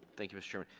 thank you mr. chair.